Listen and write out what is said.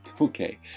Okay